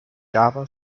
java